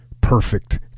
perfect